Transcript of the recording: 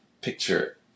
picture